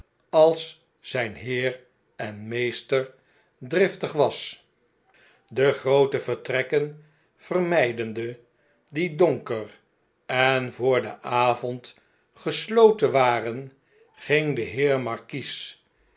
ajs zijn heer en meester driftig was de groote vertrekken vermijdende die donker en voor den avond gesloten waren ging de heer markies